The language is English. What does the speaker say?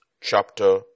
chapter